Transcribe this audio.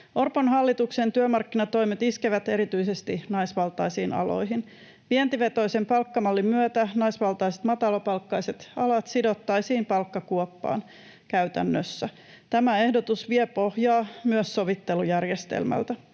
Orpon hallituksen työmarkkinatoimet iskevät erityisesti naisvaltaisiin aloihin. Vientivetoisen palkkamallin myötä naisvaltaiset matalapalkkaiset alat sidottaisiin palkkakuoppaan käytännössä. Tämä ehdotus vie pohjaa myös sovittelujärjestelmältä.